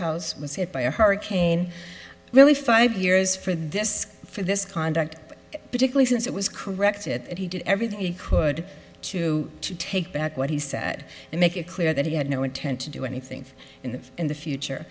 house was hit by a hurricane really five years for this for this conduct particularly since it was corrected and he did everything he could to to take back what he said and make it clear that he had no intent to do anything in the in the future